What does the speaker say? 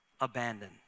abandon